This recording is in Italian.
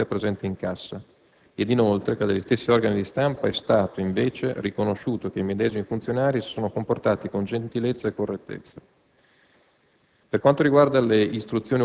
hanno maneggiato direttamente il denaro contante presente in cassa ed inoltre che dagli stessi organi di stampa è stato, invece, riconosciuto che i medesimi funzionari si sono comportati con gentilezza e correttezza.